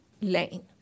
lane